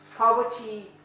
Poverty